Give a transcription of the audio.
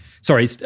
sorry